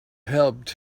helped